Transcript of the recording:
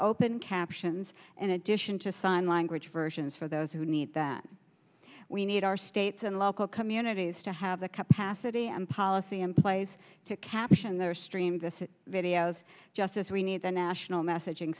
open captions in addition to sign language versions for the those who need that we need our states and local communities to have the capacity and policy in place to caption their stream this video's justice we need the national messaging